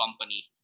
company